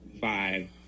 five